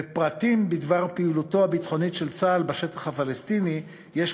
ושאלות על פרטים בדבר פעילותו הביטחונית של צה"ל בשטח הפלסטיני יש,